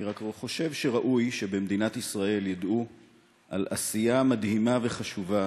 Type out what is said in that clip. אני רק חושב שראוי שבמדינת ישראל ידעו על עשייה מדהימה וחשובה